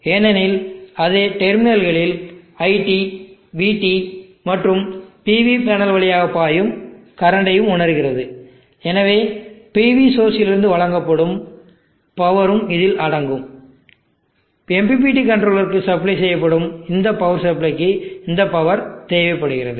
ஏனெனில் அது டெர்மினல்களில் iT vT மற்றும் PV பேனல் வழியாக பாயும் கரண்டையும் உணர்கிறது எனவே PV சோர்ஸ் இல் இருந்து வழங்கப்படும் பவரும் இதில் அடங்கும் MPPT கண்ட்ரோலருக்கு சப்ளை செய்யப்படும் பவர் சப்ளைக்கு இந்த பவர் தேவைப்படுகிறது